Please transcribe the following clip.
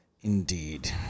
Indeed